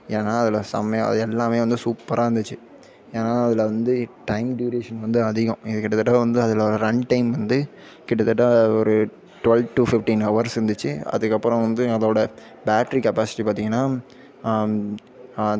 ஏனா அதில் செம்மையாக அது எல்லாமே வந்து சூப்பராக இருந்திச்சு ஏனால் அதில் வந்து டைம் டூரேஷன் வந்து அதிகம் ஏ கிட்டத்தட்ட வந்து அதில் ரன் டைம் வந்து கிட்டத்தட்ட ஒரு டுவெல் டூ ஃபிஃப்டீன் ஹவர்ஸ் இருந்திச்சு அதுக்கப்புறம் வந்து அதோடய பேட்ரி கெப்பாசிட்டி பார்த்தீங்கனா